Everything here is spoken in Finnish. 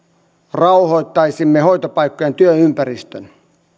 rauhoittaisimme hoitopaikkojen työympäristön